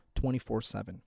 24-7